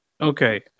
Okay